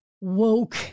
woke